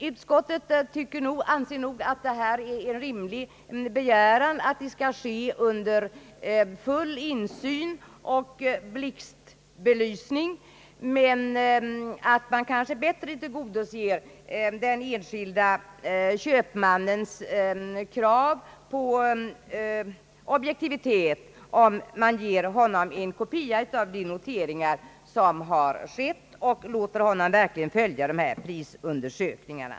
Utskottet anser nog att det är en rimlig begäran att undersökningarna sker under full insyn och i blixtbelysning, men att man kanske bättre tillgodoser den enskilde köpmannens krav på objektivitet, om han får en kopia av noteringarna och tillfälle att verkligen följa prisundersökningarna.